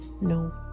No